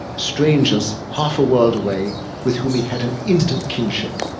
strangers half a world away with whom he had an instant kinship.